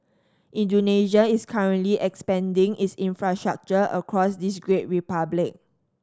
Indonesia is currently expanding its infrastructure across this great republic